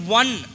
one